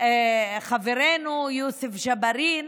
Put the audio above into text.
חברנו יוסף ג'בארין,